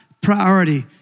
priority